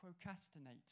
procrastinate